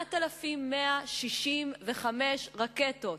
8,165 רקטות.